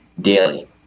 daily